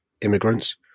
immigrants